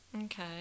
Okay